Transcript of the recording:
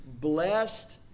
Blessed